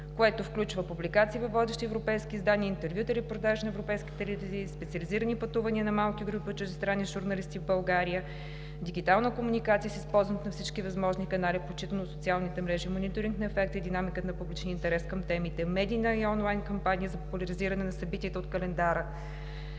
което включва: публикации във водещи европейски издания; интервюта и репортажи на европейските лидери; специализирани пътувания на малки групи от чуждестранни журналисти в България; дигитална комуникация с използването на всички възможни канали, включително социалните мрежи; мониторинг на ефекта и динамиката на публичния интерес към темите; медийна и онлайн кампания за популяризиране на събитията от календара